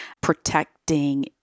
protecting